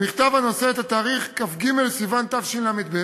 במכתב הנושא את התאריך כ"ג בסיוון תשל"ב,